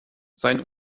sein